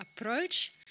approach